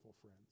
friends